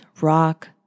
rock